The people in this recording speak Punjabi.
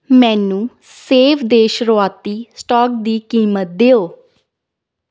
ਮੈਨੂੰ ਸੇਬ ਦੇ ਸ਼ੁਰੂਆਤੀ ਸਟਾਕ ਦੀ ਕੀਮਤ ਦਿਓ